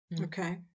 Okay